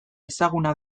ezaguna